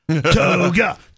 Toga